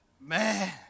man